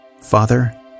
Father